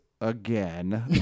again